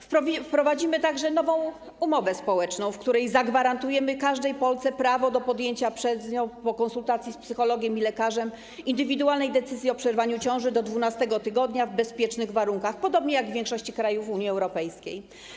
Wprowadzimy także nową umowę społeczną, w której zagwarantujemy każdej Polce prawo do podjęcia przez nią po konsultacji z psychologiem i lekarzem indywidualnej decyzji o przerwaniu ciąży do 12. tygodnia w bezpiecznych warunkach, podobnie jak w większości krajów Unii Europejskiej.